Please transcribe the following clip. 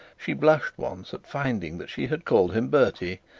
she blushed once at finding that she had called him bertie,